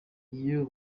iyo